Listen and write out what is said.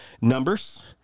numbers